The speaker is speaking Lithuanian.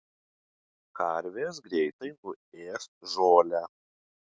karvės greitai nuės žolę